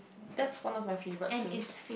that's one of my favourite too